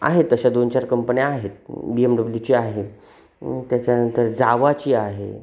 आहेत तशा दोन चार कंपण्या आहेत बी एम डब्ल्यूची आहे त्याच्यानंतर जावाची आहे